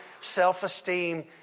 self-esteem